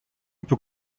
peut